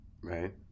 Right